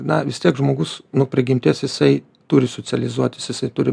na vis tiek žmogus nuo prigimties jisai turi socializuotis jisai turi